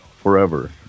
forever